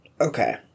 Okay